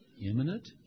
imminent